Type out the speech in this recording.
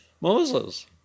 Moses